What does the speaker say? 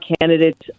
candidates